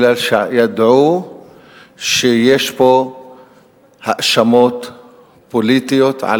כי ידעו שיש פה האשמות פוליטיות על